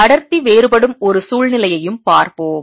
அடர்த்தி வேறுபடும் ஒரு சூழ்நிலையையும் பார்ப்போம்